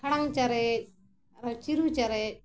ᱠᱷᱟᱲᱟᱝ ᱪᱟᱨᱮᱪ ᱟᱨᱦᱚᱸ ᱪᱤᱨᱩ ᱪᱟᱨᱮᱡ